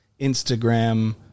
Instagram